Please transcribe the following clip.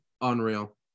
unreal